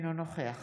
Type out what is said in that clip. אינו נוכח